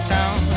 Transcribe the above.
town